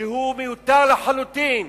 שהוא מיותר לחלוטין.